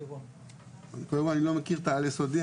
אני לא מכיר את העל יסודי,